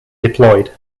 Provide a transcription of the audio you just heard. deployed